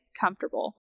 comfortable